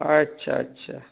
আচ্ছা আচ্ছা